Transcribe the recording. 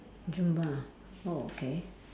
zumba ah oh okay